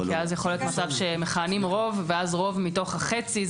כי אז יכול להיות מצב שמכהנים רוב ואז רוב מתוך החצי,